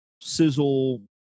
sizzle